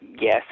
Yes